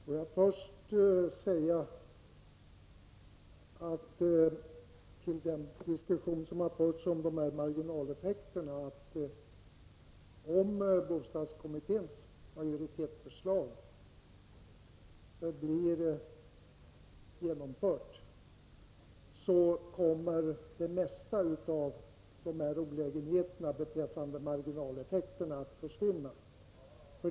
Herr talman! Låt mig i den diskussion som förts om marginaleffekterna säga att om bostadskommitténs majoritetsförslag blir genomfört kommer det mesta av olägenheterna beträffande marginaleffekterna att försvinna.